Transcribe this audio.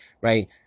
right